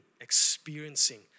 experiencing